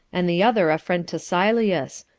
and the other a friend to sylleus,